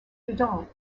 dedans